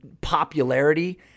popularity